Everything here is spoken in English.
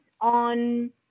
on